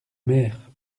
mère